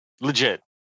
legit